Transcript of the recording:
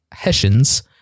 Hessians